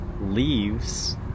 leaves